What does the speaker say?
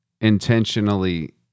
intentionally